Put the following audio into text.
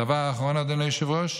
הדבר האחרון, אדוני היושב-ראש,